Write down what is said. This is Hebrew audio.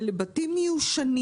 אלה בתים מיושנים,